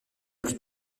plus